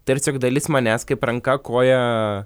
tarsi dalis manęs kaip ranka koja